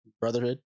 Brotherhood